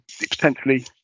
potentially